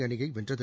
அணியை வென்றது